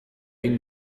این